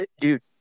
dude